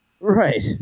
right